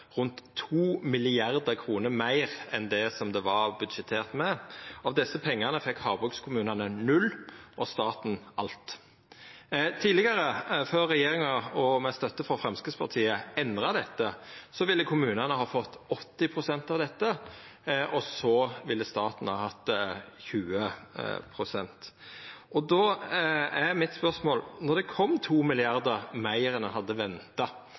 rundt 2 mrd. kr meir enn det var budsjettert med. Av desse pengane fekk havbrukskommunane null og staten alt. Tidlegare, før regjeringa, med støtte frå Framstegspartiet, endra dette, ville kommunane ha fått 80 pst. av dette, og staten ville ha fått 20 pst. Då er mitt spørsmål: Når det kom 2 mrd. kr meir enn ein hadde venta,